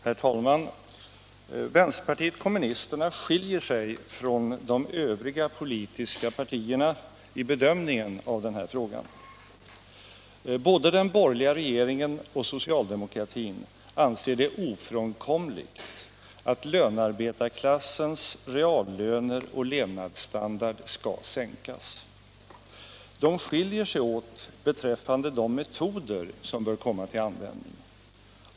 Herr talman! Vänsterpartiet kommunisterna skiljer sig från de övriga politiska partierna i bedömningen av den här frågan. Både den borgerliga regeringen och socialdemokratin anser det ofrånkomligt att lönarbetarklassens reallöner och levnadsstandard skall sänkas. De skiljer sig åt beträffande de metoder som bör komma till användning.